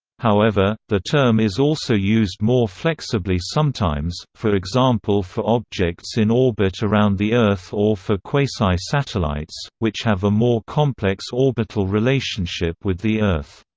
however, the term is also used more flexibly sometimes, for example for objects in orbit around the earth or for quasi-satellites, which have a more complex orbital relationship with the earth.